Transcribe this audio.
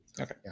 Okay